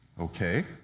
okay